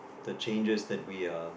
the changes that we are